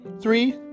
three